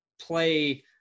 play